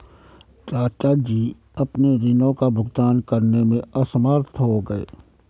चाचा जी अपने ऋणों का भुगतान करने में असमर्थ हो गए